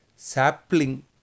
Sapling